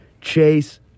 Chase